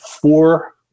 four